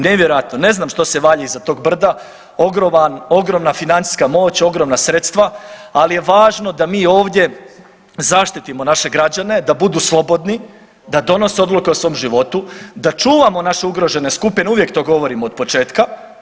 Ne znam što se valja iza tog brda, ogromna financijska moć, ogromna sredstva, ali je važno da mi ovdje zaštitimo naše građane da budu slobodni, da donose odluke o svom životu, da čuvamo naše ugrožene skupine, uvijek to govorim od početka.